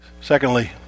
Secondly